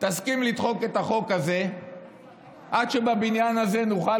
תסכים לדחות את החוק הזה עד שבבניין הזה נוכל